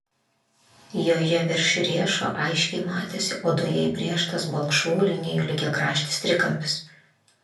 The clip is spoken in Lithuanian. joje virš riešo aiškiai matėsi odoje įbrėžtas balkšvų linijų lygiakraštis trikampis